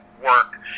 work